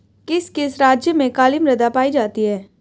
किस किस राज्य में काली मृदा पाई जाती है?